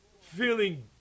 feeling